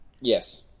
Yes